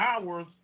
hours